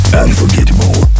unforgettable